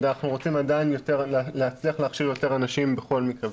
אנחנו רוצים עדיין להצליח להכשיר יותר אנשים בכל מקרה.